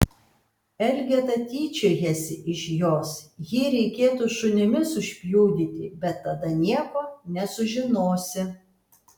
elgeta tyčiojasi iš jos jį reikėtų šunimis užpjudyti bet tada nieko nesužinosi